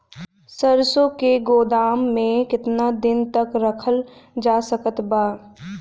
सरसों के गोदाम में केतना दिन तक रखल जा सकत बा?